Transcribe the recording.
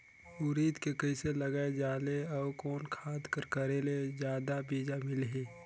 उरीद के कइसे लगाय जाले अउ कोन खाद कर करेले जादा बीजा मिलही?